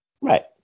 right